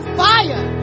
fire